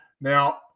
Now